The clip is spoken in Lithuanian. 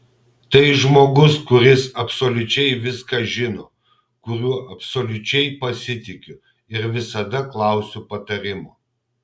tai žmogus kuris absoliučiai viską žino kuriuo absoliučiai pasitikiu ir visada klausiu patarimo